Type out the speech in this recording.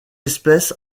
espèce